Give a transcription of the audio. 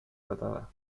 tratada